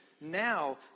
now